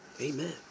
Amen